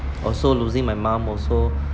also losing my mum also